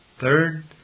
Third